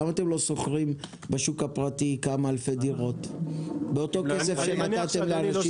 למה אתם לא שוכרים בשוק הפרטי כמה אלפי דירות באותו כסף שנתתם לאנשים?